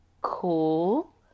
cool